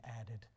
added